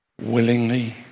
willingly